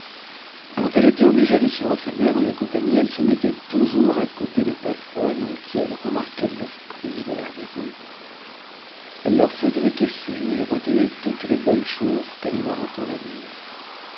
quand elle était obligée de suivre sa mère dans les compagnies elle se mettait toujours à côté des personnes en qui elle remarquait de l'esprit et de la raison elle leur faisait des questions et retenait toutes les bonnes choses qu'elle leur entendait dire